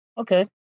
Okay